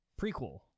prequel